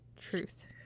truth